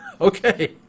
okay